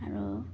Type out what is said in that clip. আৰু